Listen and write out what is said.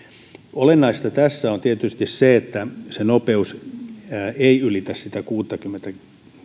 olennaista tässä on tietysti se että se nopeus ei ylitä sitä kuuttakymmentä